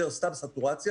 מאשר סתם סטורציה,